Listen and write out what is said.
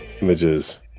Images